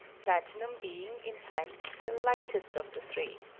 platinum being, in fact, the lightest of the three,